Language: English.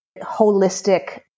holistic